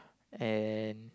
and